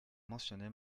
mentionné